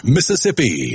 Mississippi